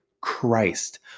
Christ